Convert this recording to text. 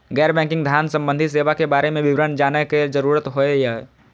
गैर बैंकिंग धान सम्बन्धी सेवा के बारे में विवरण जानय के जरुरत होय हय?